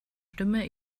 stimme